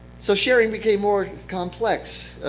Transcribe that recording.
so sharing became more complex.